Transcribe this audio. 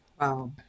Wow